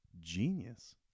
genius